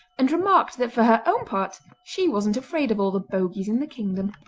and remarked that for her own part she wasn't afraid of all the bogies in the kingdom.